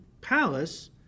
palace